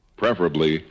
preferably